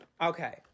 Okay